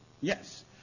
Yes